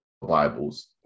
bibles